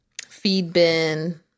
Feedbin